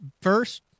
first